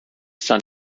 son